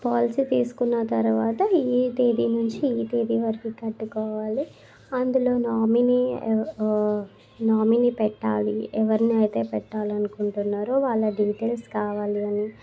policy తీసుకున్న తరువాత ఈ తేదీ నుంచి ఈ తేదీ వరకు కట్టుకోవాలి అందులో నామినీ నామినీ పెట్టాలి ఎవరిని అయితే పెట్టాలనుకుంటున్నారో వాళ్ళ డీటెయిల్స్ కావాలి అని